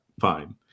fine